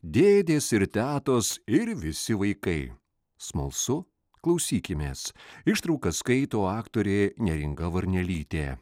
dėdės ir tetos ir visi vaikai smalsu klausykimės ištraukas skaito aktorė neringa varnelytė